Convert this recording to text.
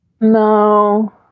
No